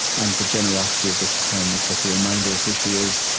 and the generosity of this poem is that the reminder of who she is,